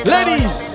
Ladies